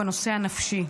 בנושא הנפשי.